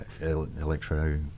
electro